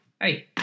hey